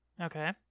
okay